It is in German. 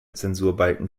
zensurbalken